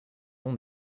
ont